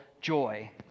joy